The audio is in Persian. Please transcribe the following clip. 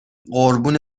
قربون